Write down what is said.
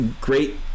great